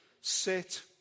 sit